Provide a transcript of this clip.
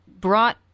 brought